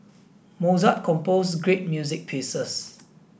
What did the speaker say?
Mozart composed great music pieces